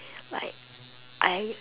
like I